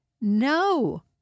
No